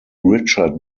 richard